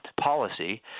policy